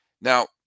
Now